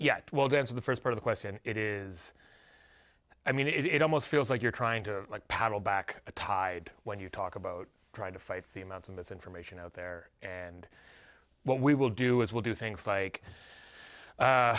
yeah well that's the first part of question it is i mean it it almost feels like you're trying to paddle back the tide when you talk about trying to fight seamounts of misinformation out there and well we will do as we'll do things like